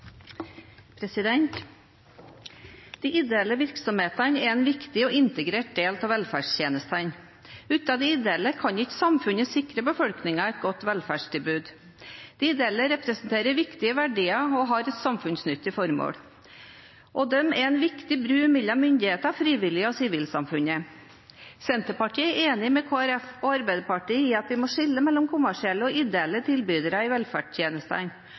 forslaget. De ideelle virksomhetene er en viktig og integrert del av velferdstjenestene. Uten de ideelle kan ikke samfunnet sikre befolkningen et godt velferdstilbud. De ideelle representerer viktige verdier og har samfunnsnyttige formål. De er en viktig bro mellom myndighetene, frivillige og sivilsamfunnet. Senterpartiet er enig med Kristelig Folkeparti og Arbeiderpartiet i at vi må skille mellom kommersielle og ideelle tilbydere av velferdstjenester, også i